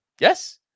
Yes